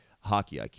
hockey